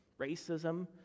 racism